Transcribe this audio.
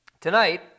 tonight